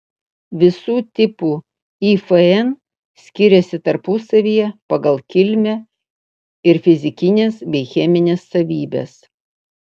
visų tipų ifn skiriasi tarpusavyje pagal kilmę ir fizikines bei chemines savybes